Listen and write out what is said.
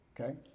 Okay